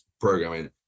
programming